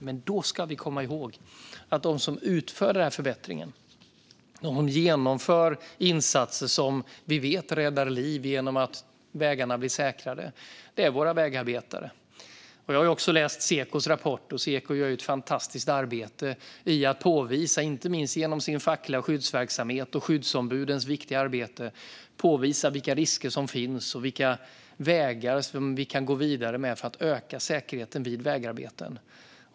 Då ska vi också komma ihåg att de som utför dessa förbättringar och genomför insatser som vi vet räddar liv genom att vägarna blir säkrare är våra vägarbetare. Jag har också läst Sekos rapport, och Seko gör ett fantastiskt arbete, inte minst genom sin fackliga skyddsverksamhet och skyddsombudens viktiga arbete i att påvisa vilka risker som finns och vilka vägar som vi kan gå vidare med för att öka säkerheten vid vägarbeten.